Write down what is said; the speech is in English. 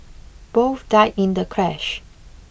both died in the crash